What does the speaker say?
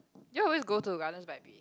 you all always go to Gardens-by-the-Bay